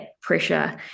pressure